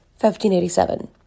1587